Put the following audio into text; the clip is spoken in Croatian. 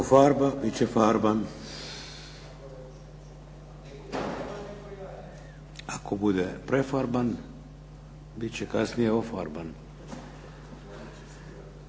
tko bude prefarban bit će kasnije ofarban.